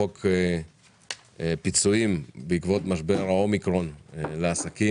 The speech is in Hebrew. גם חוק פיצויים בעקבות משבר האומיקרון לעסקים